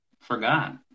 forgot